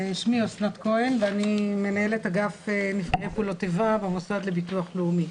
שמי אסנת כהן ואני מנהלת אגף נפגעי פעולות איבה במוסד לביטוח לאומי.